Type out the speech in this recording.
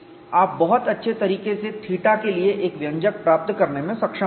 आप बहुत अच्छे तरीके से θ के लिए एक व्यंजक प्राप्त करने में सक्षम होंगे